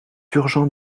urgent